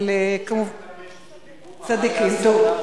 אבל, צדיקים, טוב.